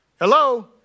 Hello